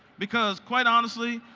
because quite honestly,